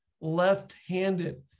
left-handed